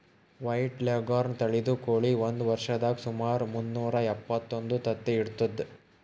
white leghorn ತಳಿದ್ ಕೋಳಿ ಒಂದ್ ವರ್ಷದಾಗ್ ಸುಮಾರ್ ಮುನ್ನೂರಾ ಎಪ್ಪತ್ತೊಂದು ತತ್ತಿ ಇಡ್ತದ್